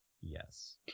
Yes